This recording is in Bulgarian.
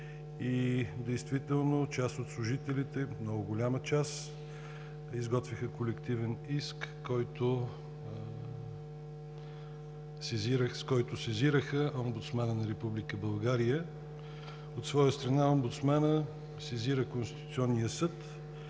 и действително част от служителите, много голяма част, изготвиха колективен иск, с който сезираха Омбудсмана на Република България. От своя страна омбудсманът сезира Конституционния съд.